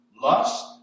lust